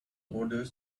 orders